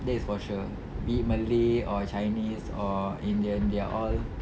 that is for sure be it malay or chinese or indian they are all